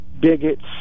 bigots